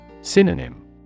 Synonym